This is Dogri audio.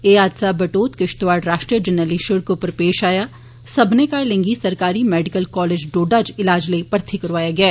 एह् हादसा बटोत किश्तवाड़ राष्ट्रीय जरनैली शिड़क उप्पर पेश आया सब्मनें घायलें गी सरकारी मैडिकल कॉलेज डोडा च ईलाज लेई भर्थी करोआया गेआ